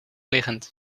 liggend